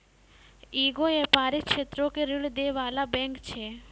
इ एगो व्यपारिक क्षेत्रो के ऋण दै बाला बैंक छै